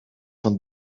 van